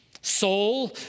Soul